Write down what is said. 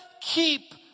keep